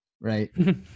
right